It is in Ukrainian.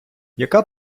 яка